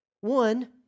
One